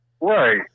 Right